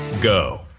go